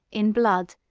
in blood,